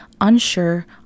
unsure